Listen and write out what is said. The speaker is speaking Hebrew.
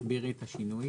תסבירי את השינוי.